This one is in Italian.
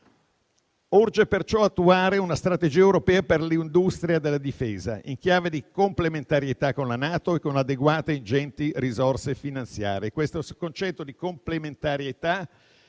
Urge perciò attuare una strategia europea per l'industria della difesa in chiave di complementarietà con la NATO, con adeguate e ingenti risorse finanziarie. Questo concetto di complementarietà